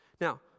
Now